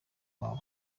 iwabo